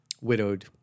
widowed